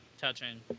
touching